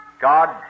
God